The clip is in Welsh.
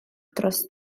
dros